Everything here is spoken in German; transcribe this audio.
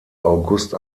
august